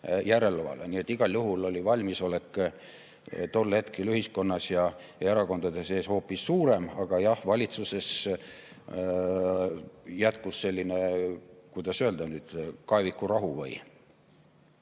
Nii et igal juhul oli valmisolek tol hetkel ühiskonnas ja erakondade sees hoopis suurem. Aga jah, valitsuses jätkus selline, kuidas öelda, kaevikurahu.